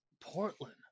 Portland